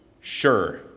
Sure